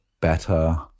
better